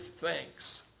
thanks